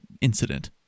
incident